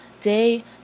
day